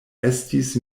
estis